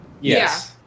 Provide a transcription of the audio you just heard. Yes